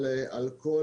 אבל על כל